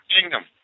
kingdom